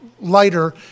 lighter